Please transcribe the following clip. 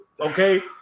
Okay